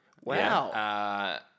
Wow